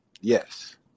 Yes